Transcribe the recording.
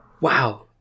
Wow